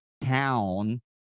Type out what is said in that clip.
town